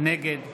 נגד